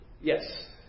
Yes